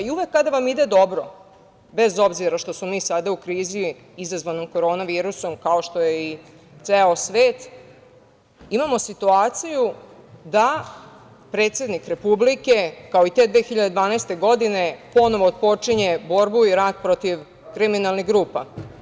I uvek kada vam ide dobra, bez obzira što smo mi sada u krizi izazvanom korona virusom, kao što je i ceo svet, imamo situaciju da predsednik Republike, kao i te 2012. godine ponovo otpočinje borbu i rat protiv kriminalnih grupa.